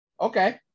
Okay